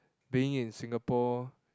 being in Singapore